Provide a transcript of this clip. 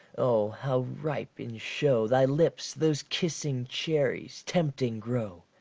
o, how ripe in show thy lips, those kissing cherries, tempting grow!